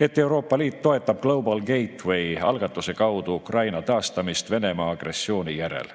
et Euroopa Liit toetab Global Gateway algatuse kaudu Ukraina taastamist Venemaa agressiooni järel.